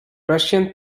russian